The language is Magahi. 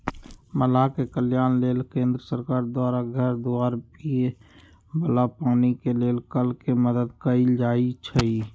मलाह के कल्याण लेल केंद्र सरकार द्वारा घर दुआर, पिए बला पानी के लेल कल के मदद कएल जाइ छइ